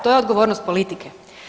To je odgovornost politike.